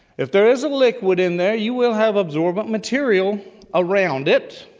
if there is a liquid in there you will have absorbent material around it,